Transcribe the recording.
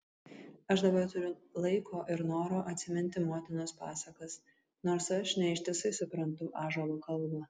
aš dabar turiu laiko ir noro atsiminti motinos pasakas nors aš ne ištisai suprantu ąžuolo kalbą